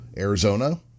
Arizona